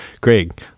greg